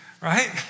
Right